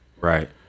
Right